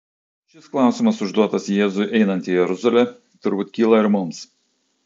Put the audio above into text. šis klausimas užduotas jėzui einant į jeruzalę turbūt kyla ir mums